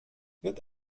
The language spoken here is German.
wird